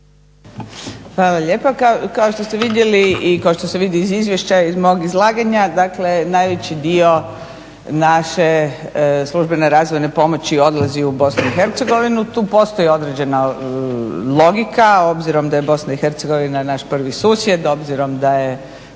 Hvala lijepa. Kao što ste vidjeli i kao što se vidi iz izvješća iz mog izlaganja dakle najveći dio naše službene razvojne pomoći odlazi u BIH, tu postoji određena logika obzirom da je BIH naš prvi susjed, obzirom da je